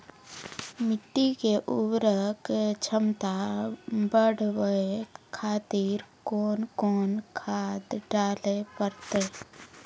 मिट्टी के उर्वरक छमता बढबय खातिर कोंन कोंन खाद डाले परतै?